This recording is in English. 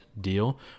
deal